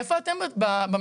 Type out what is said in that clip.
איפה אתם במשוואה?